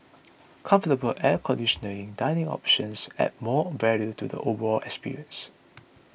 comfortable air conditioning dining options adds more value to the overall experience